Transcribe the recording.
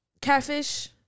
catfish